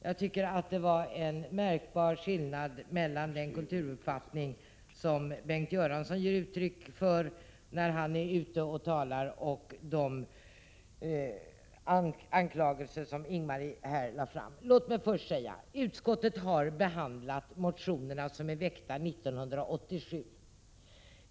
Jag tyckte det var en märkbar skillnad mellan den kulturuppfattning som Bengt Göransson ger uttryck för när han är ute och talar och de anklagelser som Ing-Marie Hansson här lade fram. Låt mig först som sist säga att utskottet har behandlat motionerna, som är väckta 1987.